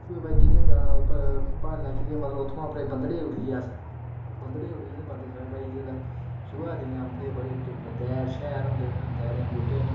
पुच्छदे भाई कि'यां जाना प्हाड़े इलाके ई मतलब उत्थुआं पद्दरै ई उट्ठियै अस हून पद्दरै उट्ठियै बंदे अस भाई जिसलै सोहे दिनें औंदे बड़े देआर औंदे देआर उत्थें